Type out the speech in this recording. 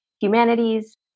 humanities